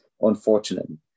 Unfortunately